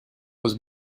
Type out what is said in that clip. was